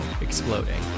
exploding